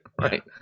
Right